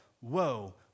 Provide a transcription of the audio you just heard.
woe